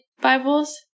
Bibles